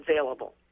available